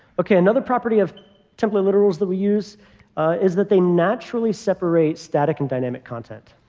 ok. another property of template literals that we use is that they naturally separate static and dynamic content.